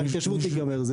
ההתיישבות תיגמר,